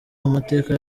amateka